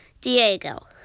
Diego